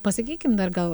pasakykim dar gal